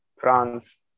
France